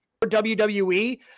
WWE